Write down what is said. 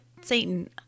Satan